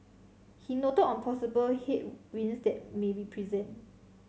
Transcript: he noted on possible headwinds that may be present